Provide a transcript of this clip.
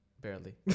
barely